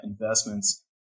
investments